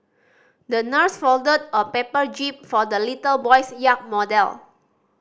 the nurse folded a paper jib for the little boy's yacht model